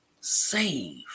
save